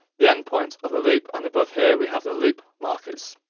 the end point of the loop, and above here we have the loop markers.